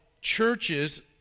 churches